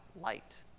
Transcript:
light